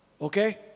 Okay